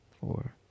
four